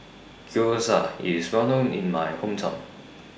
Gyoza IS Well known in My Hometown